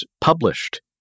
published